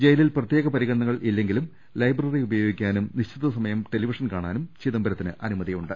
ജയിലിൽ പ്രത്യേക പരിഗണ നകൾ ഇല്ലെങ്കിലും ലൈബ്രറി ഉപ്പയോഗിക്കാനും നിശ്ചിത സമയം ടെലിവിഷൻ കാണാനും ചിദംബരത്തിന് അനുമതിയുണ്ട്